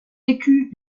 écu